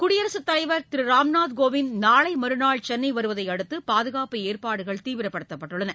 குடியரசுத் தலைவர் திரு ராம்நாத் கோவிந்த் நாளை மறுநாள் சென்னை வருவதையடுத்து பாதுகாப்பு ஏற்பாடுகள் தீவிரப்படுத்தப்பட்டுள்ளன